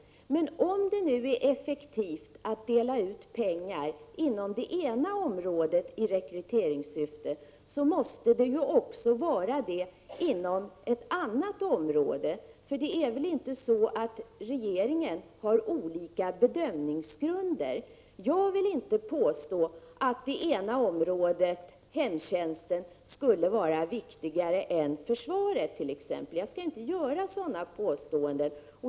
Om det nu är effektivt att dela ut pengar inom ett område i rekryteringssyfte, måste det också vara effektivt att dela ut pengar inom ett annat område. Regeringen har väl inte olika bedömningsgrunder? Jag vill inte påstå att hemtjänsten skulle vara viktigare än t.ex. försvaret — jag gör inte sådana påståenden.